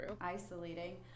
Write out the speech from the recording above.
isolating